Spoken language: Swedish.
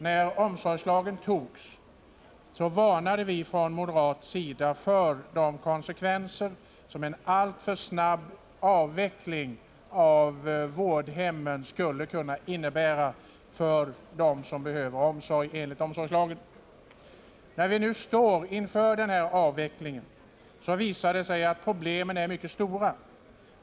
När omsorgslagen antogs varnade vi från moderat sida för de konsekvenser som en alltför snabb avveckling av vårdhemmen skulle kunna innebära för dem som behöver omsorg enligt omsorgslagen. När vi nu står inför denna avveckling visar det sig att problemen är mycket stora.